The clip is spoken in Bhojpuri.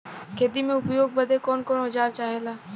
खेती में उपयोग बदे कौन कौन औजार चाहेला?